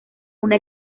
una